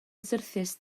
syrthiaist